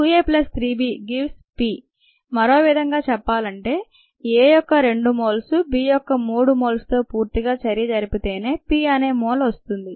2A 3B → P మరోవిధంగా చెప్పాలంటే A యొక్క 2 మోల్స్ B యొక్క 3 మోల్స్ తో పూర్తిగా చర్య జరపితేనే P అనే ఒ మోల్ వస్తుంది